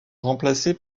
remplacé